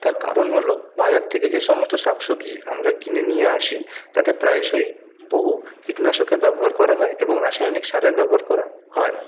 তার কারণ হল বাজার থেকে যে সমস্ত শাকসবজি আমরা কিনে নিয়ে আসি তাতে প্রায়শই বহু কীটনাশকের ব্যবহার করা হয় এবং রাসায়নিক সারের ব্যবহার করা হয়